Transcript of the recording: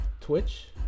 Twitch